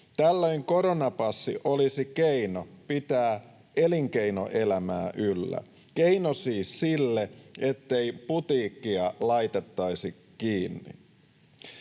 Tällöin koronapassi olisi keino pitää elinkeinoelämää yllä, keino siis sille, ettei putiikkia laitettaisi kiinni.